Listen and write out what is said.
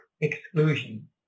exclusion